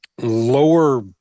lower